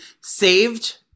saved